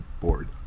board